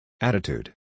Attitude